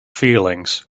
feelings